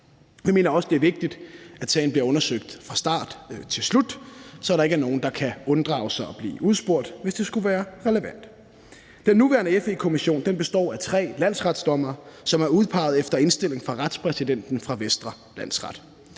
Vi mener også, det er vigtigt, at sagen bliver undersøgt fra start til slut, så der ikke er nogen, der kan unddrage sig at blive udspurgt, hvis det skulle være relevant. Den nuværende FE-kommission består af tre landsdommere, som er udpeget efter indstilling af retspræsidenten for Vestre Landsret.